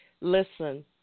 listen